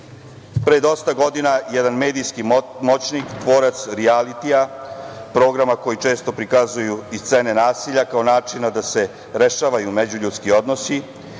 pre dosta godina jedan medijski moćnik, tvorac rijalitija, programa koji često prikazuju i scene nasilja kao načina da se rešavaju međuljudski odnosi,